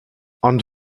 ond